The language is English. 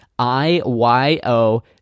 I-Y-O